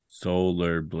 Solar